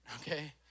okay